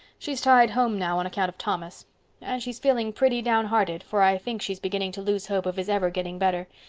she's tied home now on account of thomas and she's feeling pretty downhearted, for i think she's beginning to lose hope of his ever getting better.